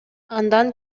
андан